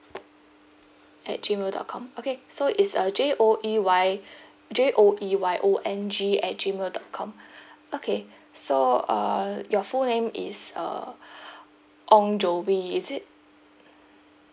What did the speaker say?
at gmail dot com okay so it's uh J O E Y J O E Y O N G at gmail dot com okay so uh your full name is uh ong joey is it